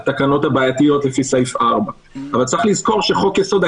התקנות הבעייתיות לפי סעיף 4. אבל צריך לזכור שחוק יסוד: